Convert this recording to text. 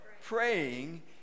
Praying